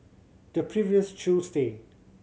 the previous Tuesday